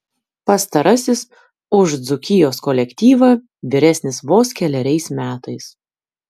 pastarasis už dzūkijos kolektyvą vyresnis vos keleriais metais